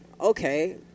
Okay